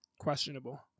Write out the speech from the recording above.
questionable